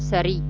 சரி